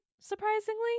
surprisingly